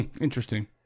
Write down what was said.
Interesting